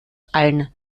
allen